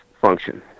function